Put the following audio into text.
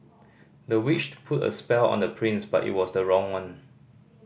the witch put a spell on the prince but it was the wrong one